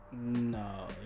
No